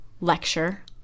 lecture